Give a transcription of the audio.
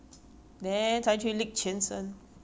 ya I think so lah 臭得要命 lah